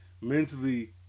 mentally